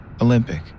Olympic